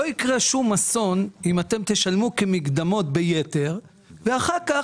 לא יקרה שום אסון אם אתם תשלמו כמקדמות ביתר ואחר כך,